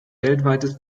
weltweites